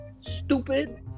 Stupid